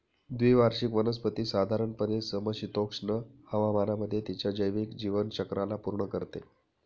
द्विवार्षिक वनस्पती साधारणपणे समशीतोष्ण हवामानामध्ये तिच्या जैविक जीवनचक्राला पूर्ण करते